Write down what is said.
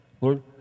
Lord